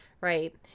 right